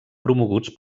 promoguts